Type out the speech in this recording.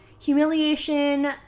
humiliation